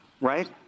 Right